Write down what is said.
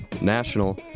national